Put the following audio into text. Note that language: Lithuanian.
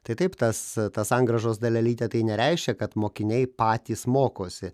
tai taip tas ta sangrąžos dalelytė tai nereiškia kad mokiniai patys mokosi